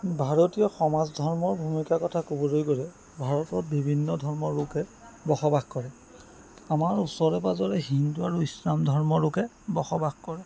ভাৰতীয় সমাজ ধৰ্মৰ ভূমিকাৰ কথা কবলৈ গ'লে ভাৰতত বিভিন্ন ধৰ্মৰ লোকে বসবাস কৰে আমাৰ ওচৰে পাঁজৰে হিন্দু আৰু ইছলাম ধৰ্মৰ লোকে বসবাস কৰে